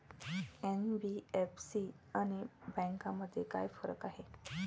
NBFC आणि बँकांमध्ये काय फरक आहे?